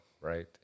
right